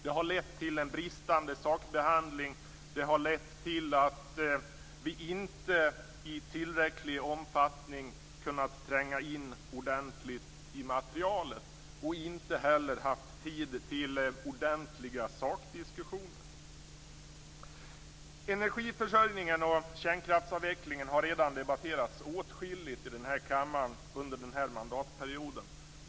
Det har lett till att sakbehandlingen har varit bristfällig, till att vi inte i tillräcklig omfattning har kunnat tränga in ordentligt i materialet och till att vi inte heller har haft tid till ordentliga sakdiskussioner. Energiförsörjningen och kärnkraftsavvecklingen har redan debatterats åtskilligt i denna kammare under denna mandatperiod.